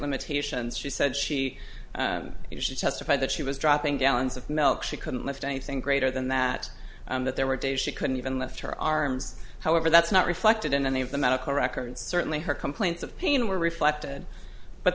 limitations she said she could testify that she was dropping gallons of milk she couldn't lift anything greater than that that there were days she couldn't even lift her arms however that's not reflected in any of the medical records certainly her complaints of pain were reflected but